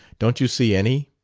don't you see any?